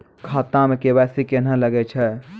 खाता मे के.वाई.सी कहिने लगय छै?